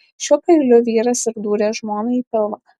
šiuo peiliu vyras ir dūrė žmonai į pilvą